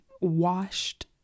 washed